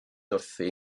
wrthi